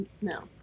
No